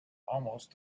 almost